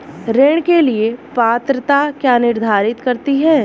ऋण के लिए पात्रता क्या निर्धारित करती है?